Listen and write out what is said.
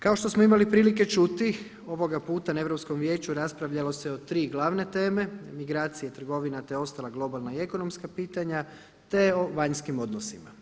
Kao što smo imali prilike čuti ovoga puta na Europskom vijeću raspravljalo se o tri glavne teme: migracija, trgovina te ostala globalna i ekonomska pitanja te o vanjskim odnosima.